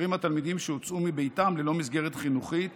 נשארים התלמידים שהוצאו מביתם ללא מסגרת חינוכית